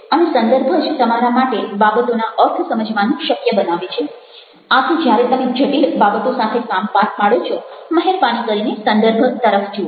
અને સંદર્ભ જ તમારા માટે બાબતોના અર્થ સમજવાનું શક્ય બનાવે છે આથી જ્યારે તમે જટિલ બાબતો સાથે કામ પાર પાડો છો મહેરબાની કરીને સંદર્ભ તરફ જુઓ